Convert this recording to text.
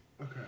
Okay